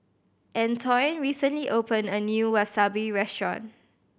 Antoine recently opened a new Wasabi Restaurant